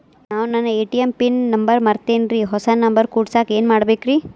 ನಾನು ನನ್ನ ATM pin number ಮರ್ತೇನ್ರಿ, ಹೊಸಾ ನಂಬರ್ ಕುಡಸಾಕ್ ಏನ್ ಮಾಡ್ಬೇಕ್ರಿ?